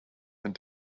and